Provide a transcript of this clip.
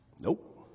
Nope